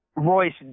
Royce